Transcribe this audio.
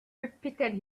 repeated